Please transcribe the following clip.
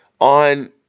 on